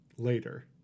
later